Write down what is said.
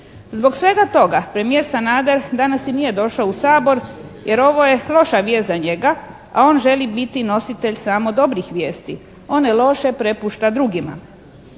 Zbog svega toga premijer Sanader danas i nije došao u Sabor jer ovo je loša vijest za njega a on želi biti nositelj samo dobrih vijesti. One loše prepušta drugima.